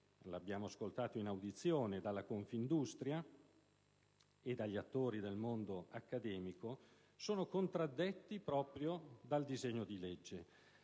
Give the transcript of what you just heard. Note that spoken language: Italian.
abbiamo ascoltato in audizione - dalla Confindustria, oltre che dagli attori del mondo accademico, sono contraddetti proprio dal disegno di legge